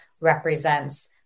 represents